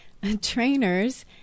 trainers